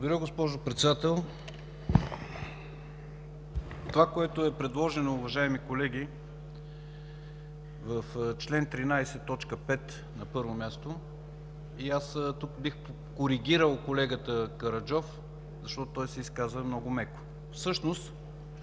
госпожо Председател. Това, което е предложено, уважаеми колеги, в чл. 13, т. 5, на първо място, и аз тук бих коригирал колегата Караджов, защото той се изказа много меко, всъщност